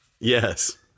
Yes